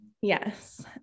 Yes